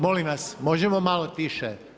Molim vas, možemo malo tiše.